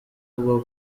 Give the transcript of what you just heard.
bwo